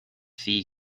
fee